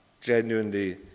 genuinely